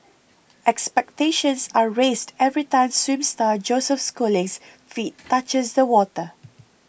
expectations are raised every time swim star Joseph Schooling's feet touches the water